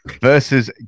versus